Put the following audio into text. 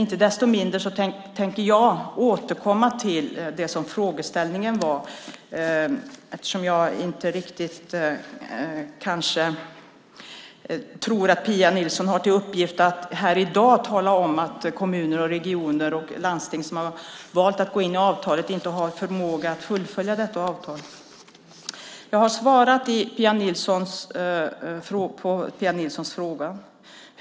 Inte desto mindre tänker jag återkomma till det som var frågan eftersom jag kanske inte riktigt tror att Pia Nilsson har i uppgift att här i dag tala om att kommuner, regioner och landsting som valt att gå in i avtalet inte har förmåga att fullfölja det. Jag har svarat på Pia Nilssons fråga.